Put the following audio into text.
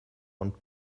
und